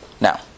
now